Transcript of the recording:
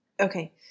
Okay